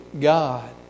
God